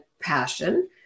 passion